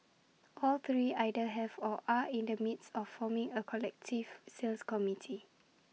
all three either have or are in the midst of forming A collective sales committee